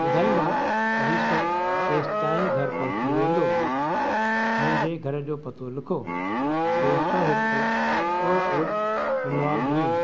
ॿुधाईंदा त ई सभु केसि ताईं घर पहुची वेंदो मुंहिंजे घर जो पतो लिखो टे सौ हिकु उहोकोट रिनवार ग्रीन